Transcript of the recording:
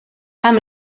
amb